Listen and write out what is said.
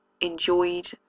enjoyed